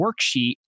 worksheet